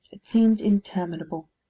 it seemed interminable.